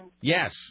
Yes